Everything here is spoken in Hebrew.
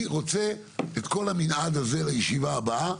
אני רוצה את כל המנעד הזה לישיבה הבאה,